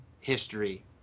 history